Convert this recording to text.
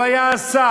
הוא היה שר,